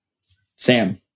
Sam